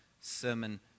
sermon